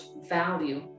value